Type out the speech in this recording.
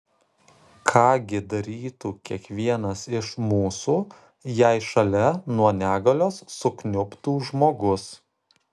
ką gi darytų kiekvienas iš mūsų jei šalia nuo negalios sukniubtų žmogus